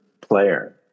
player